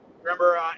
Remember